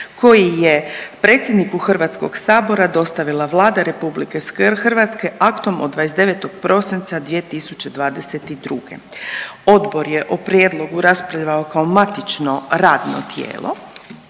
koji je predsjedniku Hrvatskog sabora dostavila Vlada RH aktom od 29. prosinca 2022. Odbor je o prijedlogu raspravljao kao matično radno tijelo,